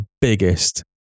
biggest